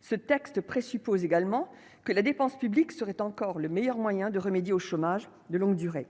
ce texte présuppose également que la dépense publique serait encore le meilleur moyen de remédier au chômage de longue durée,